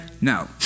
No